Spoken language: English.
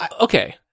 Okay